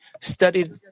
studied